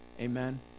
Amen